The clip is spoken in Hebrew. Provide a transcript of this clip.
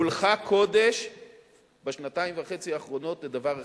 כולך קודש בשנתיים וחצי האחרונות לדבר אחד: